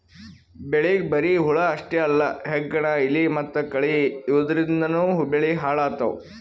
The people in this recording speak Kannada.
ಬೆಳಿಗ್ ಬರಿ ಹುಳ ಅಷ್ಟೇ ಅಲ್ಲ ಹೆಗ್ಗಣ, ಇಲಿ ಮತ್ತ್ ಕಳಿ ಇವದ್ರಿಂದನೂ ಬೆಳಿ ಹಾಳ್ ಆತವ್